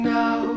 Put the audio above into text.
now